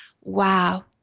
wow